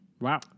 Wow